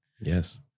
Yes